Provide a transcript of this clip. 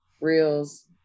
reels